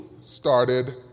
started